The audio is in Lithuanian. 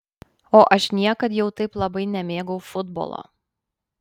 o aš niekad jau taip labai nemėgau futbolo